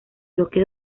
bloque